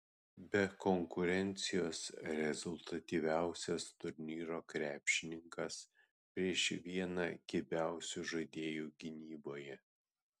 be konkurencijos rezultatyviausias turnyro krepšininkas prieš vieną kibiausių žaidėjų gynyboje